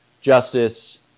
justice